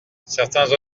certains